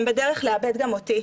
הם בדרך לאבד גם אותי.